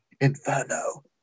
Inferno